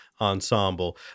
Ensemble